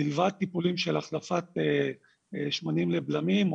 מלבד טיפולים של החלפת שמנים לבלמים או